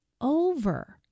over